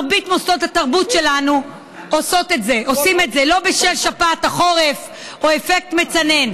מרבית מוסדות התרבות שלנו עושים את זה לא בשל שפעת החורף או אפקט מצנן,